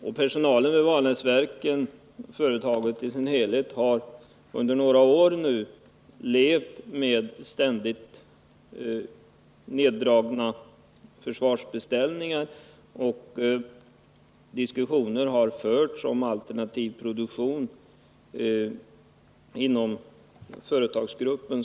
Hela personalen vid Vanäsverken har nu under några år fått leva under trycket av ständiga neddragningar av försvarsbeställningarna, och diskussioner om alternativ produktion har förts inom företagsgruppen.